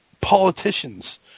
politicians